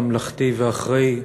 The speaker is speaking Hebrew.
ממלכתי ואחראי,